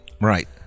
Right